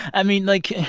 i mean, like,